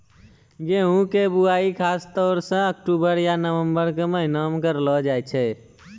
गेहूँ के बुआई खासतौर सॅ अक्टूबर या नवंबर के महीना मॅ करलो जाय छै